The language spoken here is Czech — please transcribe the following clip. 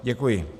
Děkuji.